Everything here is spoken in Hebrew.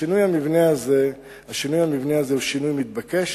השינוי המבני הזה הוא שינוי מתבקש.